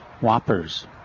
whoppers